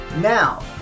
Now